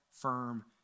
firm